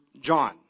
John